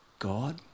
God